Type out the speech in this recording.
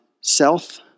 self